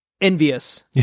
envious